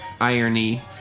irony